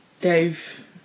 Dave